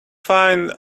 find